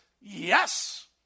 yes